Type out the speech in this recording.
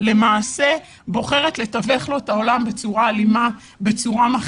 למעשה בוחרת לתווך לו את העולם בצורה אלימה,